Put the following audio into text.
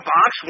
Box